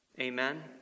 Amen